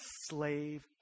slave